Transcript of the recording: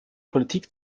politik